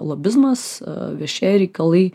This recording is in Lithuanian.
lobizmas viešiejireikalai